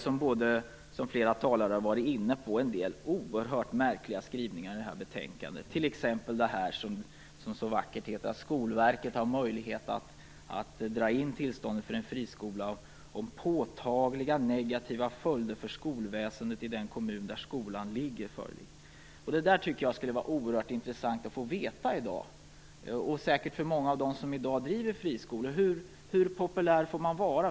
Det finns, vilket flera talare har varit inne på, en del oerhört märkliga skrivningar i det här betänkandet, t.ex. att Skolverket har möjlighet att dra in tillståndet för en friskola om påtagliga negativa följder för skolväsendet i den kommun där skolan ligger föreligger. Jag - och säkert många av dem som i dag driver friskolor - tycker att det vore oerhört intressant att i dag få veta hur populär en friskola får vara.